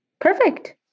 Perfect